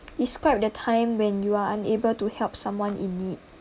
describe the time when you are unable to help someone in need